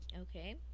okay